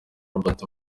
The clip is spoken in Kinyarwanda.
robert